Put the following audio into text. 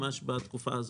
ממש בתקופה הזאת.